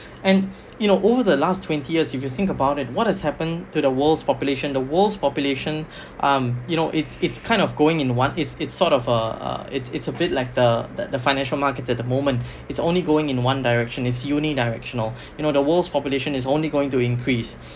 and you know over the last twenty years if you think about it what has happened to the world's population the world's population um you know it's it's kind of going in one it's it's sort of a a it's it's a bit like the the financial markets at the moment it's only going in one direction is unidirectional you know the world's population is only going to increase